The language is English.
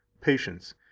patience